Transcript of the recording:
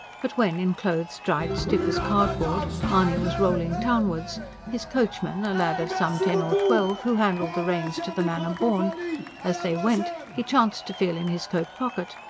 but when, in clothes dried stiff as cardboard, mahony was rolling townwards his coachman, a lad of some ten or twelve who handled the reins to the manner born as they went he chanced to feel in his coat pocket,